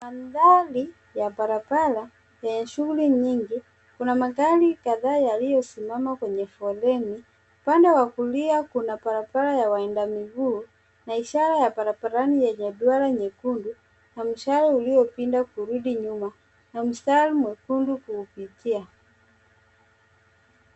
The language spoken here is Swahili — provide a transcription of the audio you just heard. Mandhari ya barabara yenye shuguli nyingi. Kuna magari kadhaa yaliyosimama kwenye foleni. Upande wa kulia kuna barabara ya waenda miguu na ishara ya barabarani yenye duara nyekundu na mshale uliopinda kurudi nyuma na mtari mwekundu kuupitia.